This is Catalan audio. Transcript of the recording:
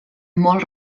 molt